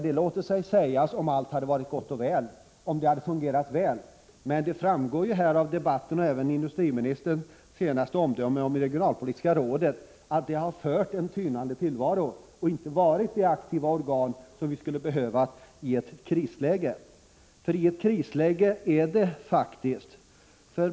Det låter sig sägas — om allt hade varit gott och väl. Men det framgår av debatten och även av industriministerns senaste omdöme om det regionalpolitiska rådet att detta har fört en tynande tillvaro och inte varit det aktiva organ som vi skulle behöva i ett krisläge — och i ett krisläge befinner vi oss faktiskt.